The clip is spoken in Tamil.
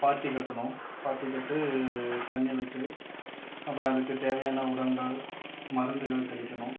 பாத்தி கட்டணும் பாத்தி கட்டு தண்ணி விட்டு அப்புறம் அதுக்கு தேவையான உரங்கள் மருந்துகள் தெளிக்கணும்